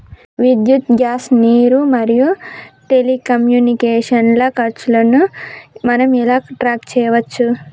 విద్యుత్ గ్యాస్ నీరు మరియు టెలికమ్యూనికేషన్ల ఖర్చులను మనం ఎలా ట్రాక్ చేయచ్చు?